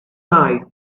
night